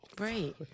Right